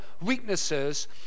weaknesses